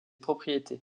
propriétés